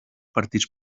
partits